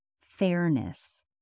fairness